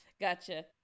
Gotcha